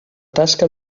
tasca